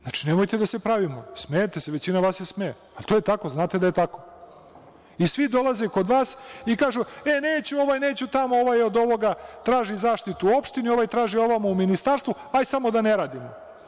Znači, nemojte da se pravimo, smejete se, većina vas se smeje, ali to je tako, znate da je tako i svi dolaze kod vas i kažu – e neće ovaj tamo, ovaj od ovoga traži zaštitu u opštini, ovaj traži ovamo u ministarstvu, hajde samo da ne radimo.